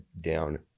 down